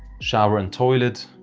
shower and toilet